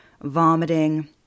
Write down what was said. vomiting